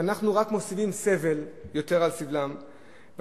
ואנחנו רק מוסיפים סבל על סבלם,